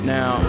Now